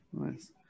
Nice